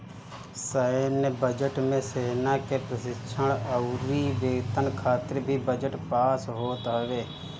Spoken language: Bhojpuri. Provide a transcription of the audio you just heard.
सैन्य बजट मे सेना के प्रशिक्षण अउरी वेतन खातिर भी बजट पास होत हवे